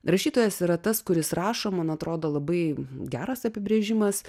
rašytojas yra tas kuris rašo man atrodo labai geras apibrėžimas